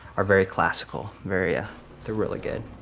are very classical, very, ah they're really good.